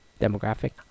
demographic